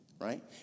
right